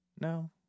No